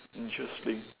interesting